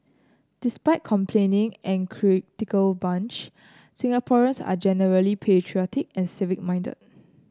despite complaining and critical bunch Singaporeans are generally patriotic and civic minded